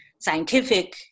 scientific